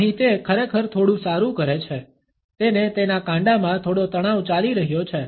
અહીં તે ખરેખર થોડું સારું કરે છે તેને તેના કાંડામાં થોડો તણાવ ચાલી રહ્યો છે